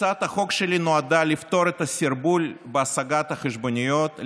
הצעת החוק שלי נועדה לפתור את הסרבול בהשגת החשבוניות,